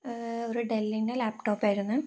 ഒരു ഡെല്ലിൻ്റെ ലാപ്ടോപ്പായിരുന്നു